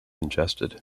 ingested